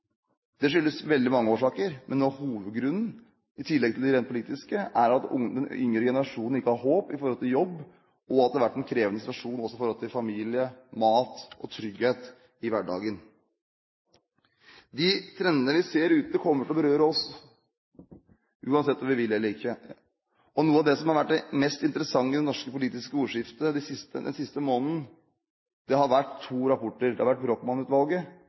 mange årsaker, men en av hovedgrunnene, i tillegg til den rent politiske, er at den yngre generasjonen ikke har håp når det gjelder jobb, og at det har vært en krevende situasjon også med tanke på familie, mat og trygghet i hverdagen. De trendene som vi ser ute, kommer til å berøre oss uansett om vi vil det eller ikke. Noe av det som har vært det mest interessante i det norske politiske ordskiftet den siste måneden, er to rapporter: